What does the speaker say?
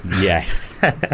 Yes